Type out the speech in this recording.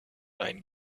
ein